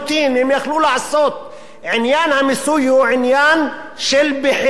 הם יכלו לעשות, עניין המיסוי הוא עניין של בחירה.